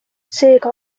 seega